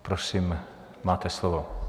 Prosím, máte slovo.